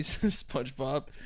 Spongebob